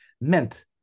meant